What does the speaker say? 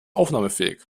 aufnahmefähig